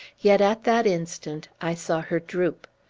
yet, at that instant, i saw her droop.